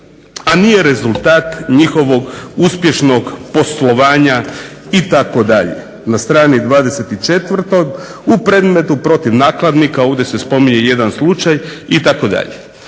a nije rezultat njihovog uspješnog poslovanja" itd. Na strani 24. "U predmetu protiv nakladnika, ovdje se spominje jedan slučaj" itd.